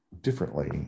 differently